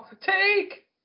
Take